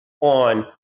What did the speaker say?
on